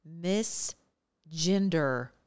misgender